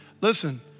Listen